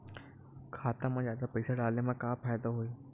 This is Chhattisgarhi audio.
खाता मा जादा पईसा डाले मा का फ़ायदा होही?